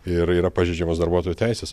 ir yra pažeidžiamos darbuotojų teisės